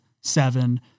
seven